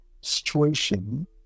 situation